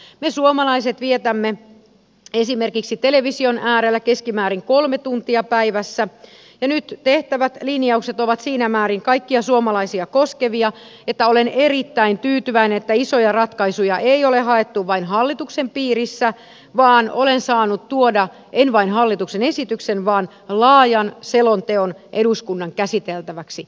me suomalaiset vietämme esimerkiksi television äärellä keskimäärin kolme tuntia päivässä ja nyt tehtävät linjaukset ovat siinä määrin kaikkia suomalaisia koskevia että olen erittäin tyytyväinen että isoja ratkaisuja ei ole haettu vain hallituksen piirissä vaan olen saanut tuoda en vain hallituksen esityksen vaan laajan selonteon eduskunnan käsiteltäväksi